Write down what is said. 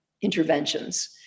interventions